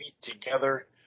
together